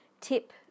tip